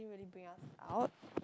didn't really bring us out